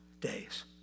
days